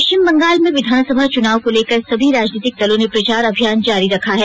पश्चिम बंगाल में विधानसभा चुनाव को लेकर सभी राजनीतिक दलों ने प्रचार अभियान जारी रखा है